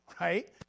Right